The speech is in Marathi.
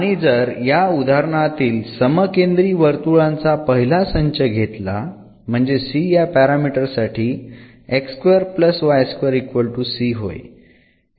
आणि जर या उदाहरणातील समकेंद्री वर्तुळांचा पहिला संच घेतला म्हणजे c या पॅरामीटर साठी होय